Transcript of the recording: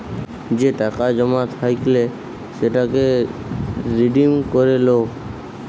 যে টাকা জমা থাইকলে সেটাকে রিডিম করে লো